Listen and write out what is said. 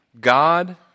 God